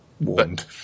warned